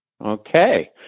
Okay